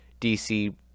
DC